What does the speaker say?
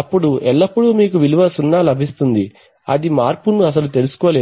అప్పుడు ఎల్లప్పుడూ మీకు విలువ 0 లభిస్తుంది అది మార్పు ను అస్సలు తెలుసుకోలేదు